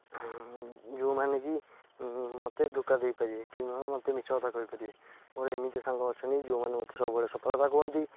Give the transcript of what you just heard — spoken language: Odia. ଯେଉଁମାନେକି ମୋତେ ଧୋକା ଦେଇପାରିବେ କି ମୋତେ ମିଛ କଥା କହିପାରିବେ ମୋର ଏମିତି ସାଙ୍ଗ ଅଛନ୍ତି ଯେଉଁମାନେ ମୋତେ ସବୁବେଳେ ସତ କଥା କୁହନ୍ତି